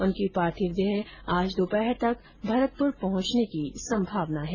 उनकी पार्थिव देह आज दोपहर तक भरतपुर पहुंचने की संभावना है